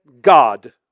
God